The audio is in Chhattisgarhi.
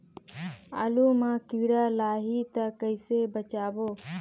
आलू मां कीड़ा लाही ता कइसे बचाबो?